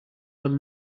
will